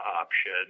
Option